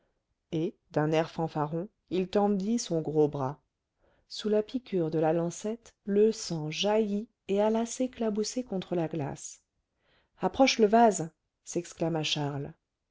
et d'un air fanfaron il tendit son gros bras sous la piqûre de la lancette le sang jaillit et alla s'éclabousser contre la glace approche le vase exclama charles